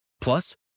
Plus